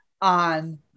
on